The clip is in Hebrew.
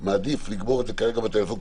מעדיף לגמור את זה כרגע בטלפון,